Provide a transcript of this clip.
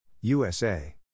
USA